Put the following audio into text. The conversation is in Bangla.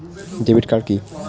ডেবিট কার্ড কি?